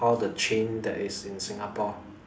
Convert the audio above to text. from all the chains that is in Singapore